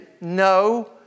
No